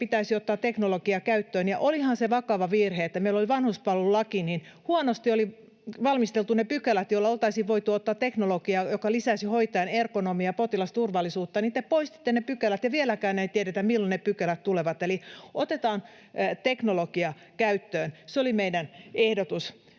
pitäisi ottaa teknologia käyttöön. Ja olihan se vakava virhe, että kun meillä oli vanhuspalvelulaki, niin oli huonosti valmisteltu ne pykälät, joilla oltaisiin voitu ottaa teknologiaa, joka lisäisi hoitajien ergonomiaa ja potilasturvallisuutta, ja te poistitte ne pykälät, ja vieläkään ei tiedetä, milloin ne pykälät tulevat. Eli otetaan teknologia käyttöön, se oli meidän ehdotuksemme.